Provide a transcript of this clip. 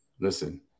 Listen